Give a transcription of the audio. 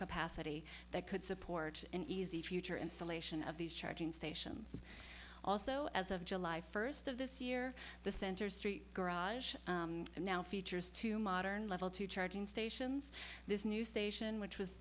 capacity that could support an easy future installation of these charging stations also as of july first of this year the center street garage now features two modern level two charging stations this new station which was